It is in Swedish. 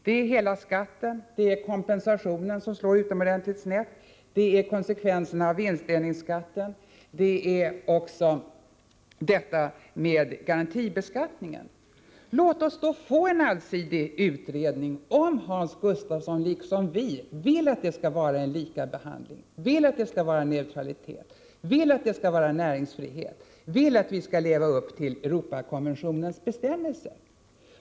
Detta gäller hela skatten, det gäller kompensationen som slår utomordentligt snett, konsekvenserna av vinstdelningsskatten, och också garantibeskattningen. Låt oss då få en allsidig utredning, om Hans Gustafsson liksom vi vill att det skall vara en lika behandling, vill att det skall vara neutralitet, vill att det skall vara näringsfrihet, vill att vi skall leva upp till Europakonventionens bestämmelser.